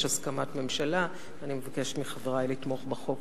יש הסכמת ממשלה, ואני מבקשת מחברי לתמוך בחוק.